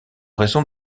raison